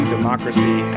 Democracy